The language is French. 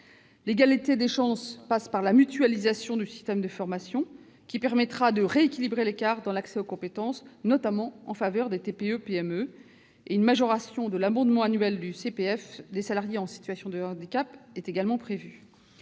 L'égalité des chances passe par la mutualisation du système de formation, qui permettra de rééquilibrer l'écart dans l'accès aux compétences, notamment en faveur des TPE-PME. Une majoration de l'abondement annuel du CPF, le compte personnel de formation, des salariés en situation de handicap est également prévue.